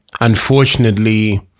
unfortunately